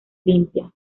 limpia